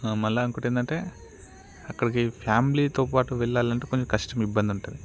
మళ్ళీ ఇంకోటి ఏంటంటే అక్కడికి ఫ్యామిలీతో పాటు వెళ్లాలంటే కొంచెం కష్టం ఇబ్బంది ఉంటుంది